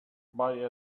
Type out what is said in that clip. buy